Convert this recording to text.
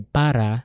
para